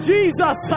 Jesus